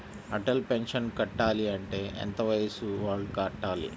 Atal pension కట్టాలి అంటే ఎంత వయసు వాళ్ళు కట్టాలి?